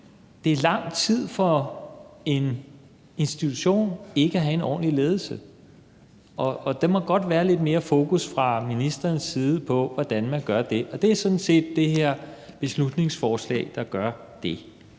det er lang tid for en institution ikke at have en ordentlig ledelse. Der må godt være lidt mere fokus fra ministerens side på, hvordan man får det, og det er sådan set det, som det her beslutningsforslag skal gøre.